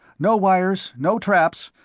no wires, no traps.